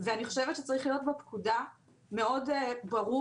ואני חושבת שצריך להיות בפקודה מאוד ברור